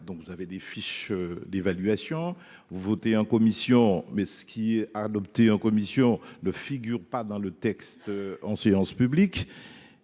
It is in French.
Donc vous avez des fiches d'évaluation. Voté en commission mais ce qui a adopté en commission le figure pas dans le texte en séance publique.